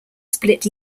split